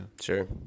Sure